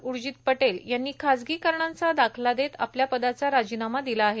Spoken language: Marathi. उर्जित पटेल यांनी खाजगी कारणांचा दाखला देत आपल्या पदाचा राजीनामा दिला आहे